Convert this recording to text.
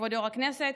כבוד יושב-ראש הישיבה,